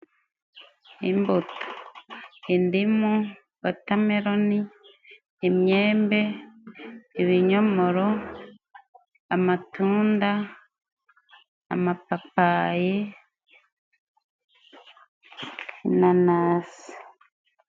Imbuto, indimu, Wotameloni, imyembe, ibinyomoro, amatunda, amapapayi, inanasi.